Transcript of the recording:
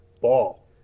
ball